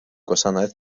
gwasanaeth